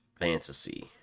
fantasy